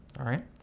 alright?